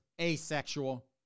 asexual